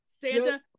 Santa